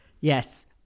Yes